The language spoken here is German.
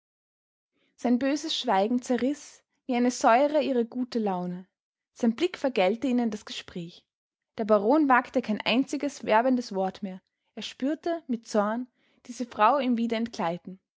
sein böses schweigen zerriß wie eine säure ihre gute laune sein blick vergällte ihnen das gespräch der baron wagte kein einziges werbendes wort mehr er spürte mit zorn diese frau ihm wieder entgleiten